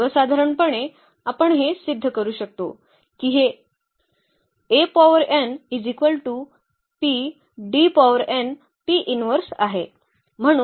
तर सर्वसाधारणपणे आपण हे सिद्ध करू शकतो की हे आहे